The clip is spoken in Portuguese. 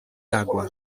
água